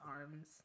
arms